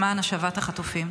למען השבת החטופים.